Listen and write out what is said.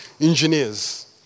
engineers